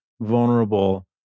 vulnerable